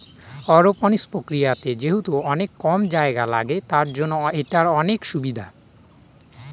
aeroponics প্রক্রিয়াতে যেহেতু অনেক কম জায়গা লাগে, তার জন্য এটার অনেক সুবিধা